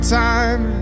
time